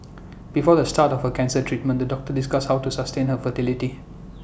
before the start of her cancer treatment the doctors discussed how to sustain her fertility